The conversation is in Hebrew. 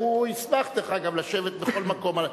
הוא ישמח, דרך אגב, לשבת בכל מקום.